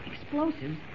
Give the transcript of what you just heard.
Explosives